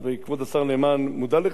וכבוד השר נאמן מודע לכך,